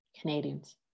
Canadians